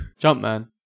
Jumpman